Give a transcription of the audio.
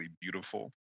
beautiful